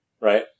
right